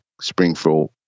Springfield